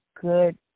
good